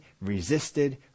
resisted